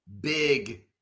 big